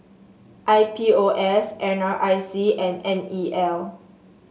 I P O S N R I C and N E L